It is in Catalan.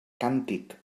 càntic